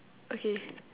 okay